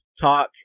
talk